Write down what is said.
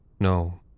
no